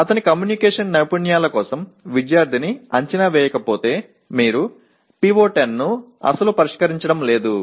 మీరు అతని కమ్యూనికేషన్ నైపుణ్యాల కోసం విద్యార్థిని అంచనా వేయకపోతే మీరు PO10 ను అస్సలు పరిష్కరించడం లేదు